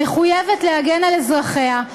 מחויבת להגן על אזרחיה,